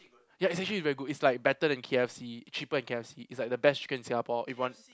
ya it's actually very good it's like better than K_F_C cheaper than K_F_C it's like the best chicken in Singapore if one